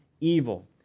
evil